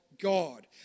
God